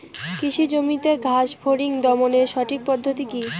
কৃষি জমিতে ঘাস ফরিঙ দমনের সঠিক পদ্ধতি কি?